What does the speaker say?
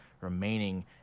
remaining